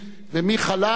ומי חלם,